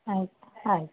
ಆಯ್ತು ಆಯ್ತು